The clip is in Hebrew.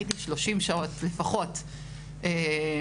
הייתי 30 שעות לפחות בתורנות.